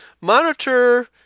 Monitor